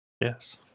Yes